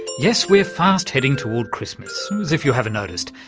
yes, we're fast heading toward christmas, as if you haven't noticed,